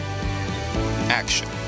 Action